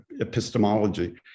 epistemology